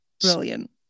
brilliant